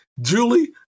Julie